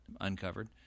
uncovered